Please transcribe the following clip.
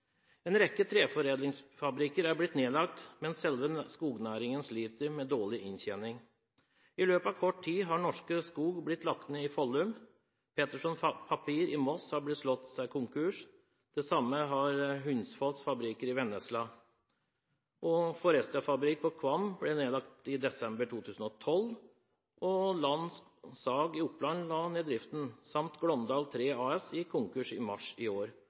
En rekke treforedlingsfabrikker er blitt nedlagt, mens selve skognæringen sliter med dårlig inntjening. I løpet av kort tid har Norske Skog blitt lagt ned i Follum, Peterson Paper i Moss har slått seg konkurs, Hunsfos Fabrikker i Vennesla har gått konkurs, Forestia fabrikk i Kvam ble nedlagt i desember 2012, Land Sag i Oppland la ned driften og Glåmdal Tre AS gikk konkurs i mars i år,